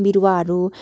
बिरुवाहरू